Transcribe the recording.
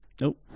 Nope